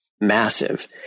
massive